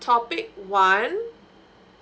topic one